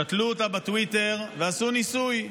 ששתלו אותה בטוויטר ועשו ניסוי.